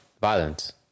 Violence